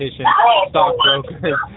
stockbrokers